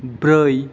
ब्रै